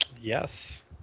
Yes